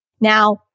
Now